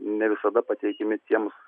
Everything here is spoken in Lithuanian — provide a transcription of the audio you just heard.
ne visada pateikiami tiems